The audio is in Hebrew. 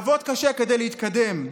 לעבוד קשה כדי להתקדם.